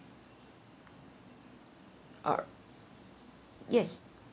uh yes